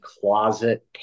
closet